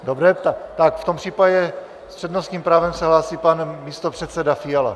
Dobře, v tom případě s přednostním právem se hlásí pan místopředseda Fiala.